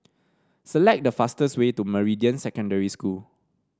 select the fastest way to Meridian Secondary School